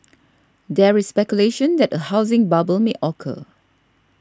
there is speculation that a housing bubble may occur